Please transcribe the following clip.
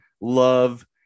love